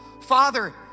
Father